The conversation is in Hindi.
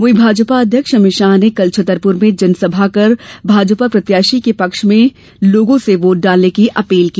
वहीं भाजपा अध्यक्ष अमित शाह ने कल छतरपुर में जनसभा कर भाजपा प्रत्याशी के पक्ष में लोगों से वोट डालने की अपील की